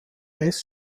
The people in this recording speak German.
west